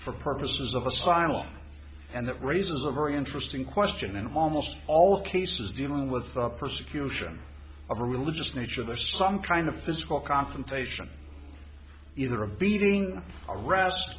for purposes of asylum and it raises a very interesting question and almost all cases dealing with persecution of a religious nature there some kind of physical confrontation either a